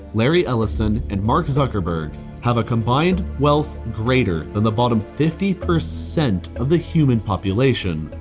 larry ellison, and mark zuckerberg have a combined wealth greater than the bottom fifty percent of the human population,